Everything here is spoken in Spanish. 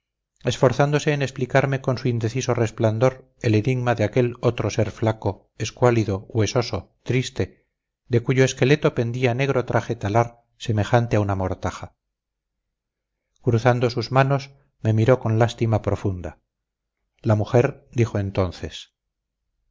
esforzándose en explicarme con su indeciso resplandor el enigma de aquel otro ser flaco escuálido huesoso triste de cuyo esqueleto pendía negro traje talar semejante a una mortaja cruzando sus manos me miró con lástima profunda la mujer dijo entonces